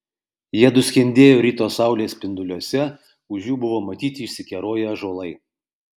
jiedu skendėjo ryto saulės spinduliuose už jų buvo matyti išsikeroję ąžuolai